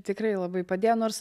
tikrai labai padėjo nors